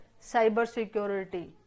cybersecurity